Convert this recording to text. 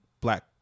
Black